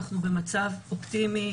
אנחנו במצב אופטימי,